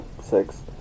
six